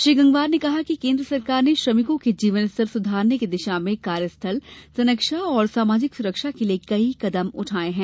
श्री गंगवार ने कहा कि केन्द्र सरकार ने श्रमिकों के जीवनस्तर सुधारने की दिशा में कार्यस्थल संरक्षा और सामाजिक सुरक्षा के लिए कई कदम उठाये हैं